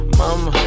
mama